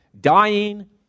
Dying